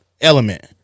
element